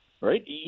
right